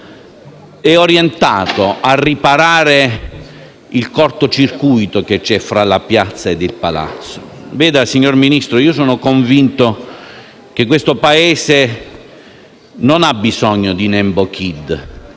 sia orientato a riparare il corto circuito che c'è tra la piazza e il Palazzo. Signor Ministro, sono convinto che il Paese non abbia bisogno di Nembo Kid,